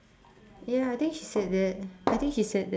ya I think he said that I think he said that